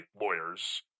lawyers